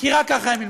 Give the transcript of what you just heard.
כי רק ככה הם ילמדו.